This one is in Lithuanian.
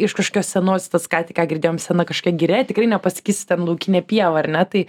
iš kažkokios senos tas ką tik ką girdėjom sena kažkokia giria tikrai nepasakysi ten laukinė pieva ar ne tai